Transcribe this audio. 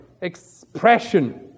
expression